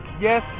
Yes